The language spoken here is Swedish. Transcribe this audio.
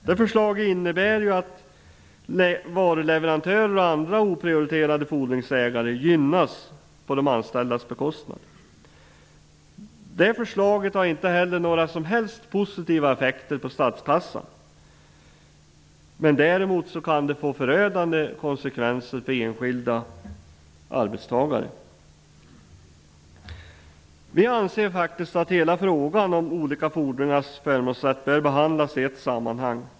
Det förslaget innebär ju att varuleverantörer och andra oprioriterade fordringsägare gynnas på de anställdas bekostnad. Det förslaget har inte heller några som helst positiva effekter på statskassan men kan få förödande konsekvenser för enskilda arbetstagare. Vi anser att hela frågan om olika fordringars förmånsrätt bör behandlas i ett sammanhang.